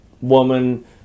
woman